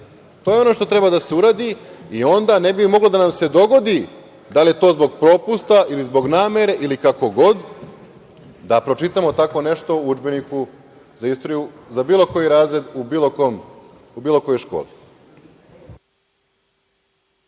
To je ono što treba da se uradi i onda ne bi moglo da nam se dogodi, da li je to zbog propusta ili zbog namere ili kako god, da pročitamo tako nešto u udžbeniku za istoriju za bilo koji razred, u bilo kojoj školi.